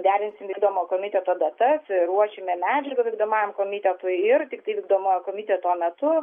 derinsim vykdomo komiteto datas ruošime medžiagą vykdomajam komitetui ir tiktai vykdomojo komiteto metu